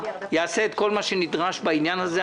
יעשה את כל מה שנדרש בעניין הזה,